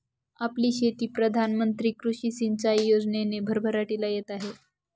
आपली शेती प्रधान मंत्री कृषी सिंचाई योजनेने भरभराटीला येत आहे